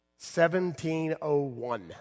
1701